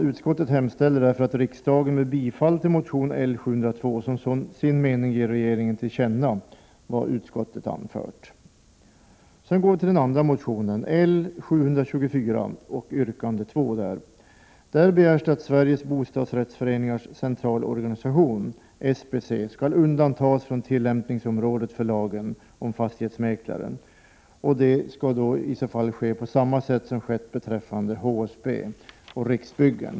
Utskottet hemställer att riksdagen med bifall till motion L702 som sin mening ger regeringen till känna vad utskottet anfört. I den andra motion som tas upp i betänkandet, L724 yrkande 2, begärs att Sveriges Bostadsrättsföreningars centralorganisation, SBC, skall undantas från tillämpningsområdet för lagen om fastighetsmäklare. Det skall ske på samma sätt som skett beträffande HSB och Riksbyggen.